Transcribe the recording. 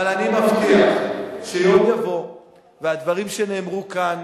אבל אני מבטיח שיום יבוא והדברים שנאמרו כאן